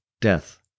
Death